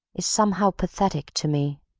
is somehow pathetic to me.